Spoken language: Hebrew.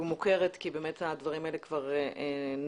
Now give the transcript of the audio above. מוכרת כי באמת הדברים האלה כבר נאמרו,